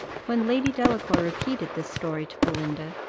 when lady delacour repeated this story to belinda,